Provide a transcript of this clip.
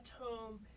home